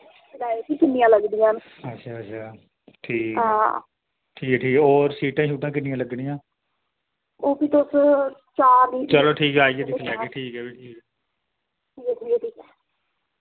किन्निया लगदियां आं अच्छा ठीक ऐ ठीक ऐ ठीक ऐ होर सीटां किन्नियां लग्गनियां न ओह् चलो ठीक ऐ आइयै दिक्खी लैगे ठीक